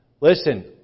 Listen